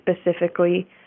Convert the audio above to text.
specifically